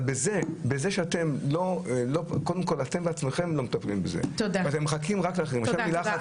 אבל בזה שאתם בעצמכם לא מטפלים בזה ואתם מחכים רק לאחרים --- תודה.